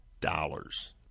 dollars